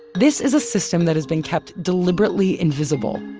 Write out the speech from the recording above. this is a system that has been kept deliberately invisible,